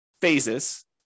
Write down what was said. phases